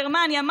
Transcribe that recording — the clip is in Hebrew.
גרמניה,